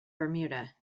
bermuda